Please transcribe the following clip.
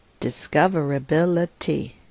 discoverability